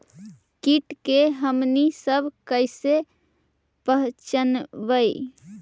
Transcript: किट के हमनी सब कईसे पहचनबई?